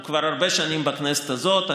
הוא כבר הרבה שנים בכנסת הזאת,